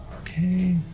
Okay